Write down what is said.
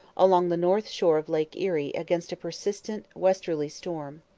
along the north shore of lake erie against a persistent westerly storm.